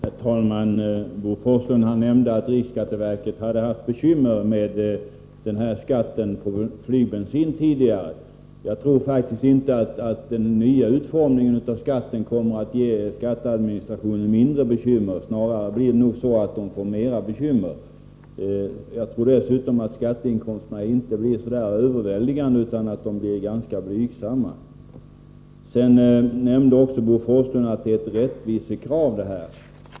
Herr talman! Bo Forslund nämnde att riksskatteverket tidigare har haft bekymmer med skatten på flygbensin. Jag tror faktiskt inte att den nya utformningen av skatten kommer att ge skatteadministrationen mindre bekymmer, snarare tvärtom. Jag tror dessutom att skatteinkomsterna inte blir överväldigande stora, utan ganska blygsamma. Bo Forslund sade också att det här är fråga om ett rättvisekrav.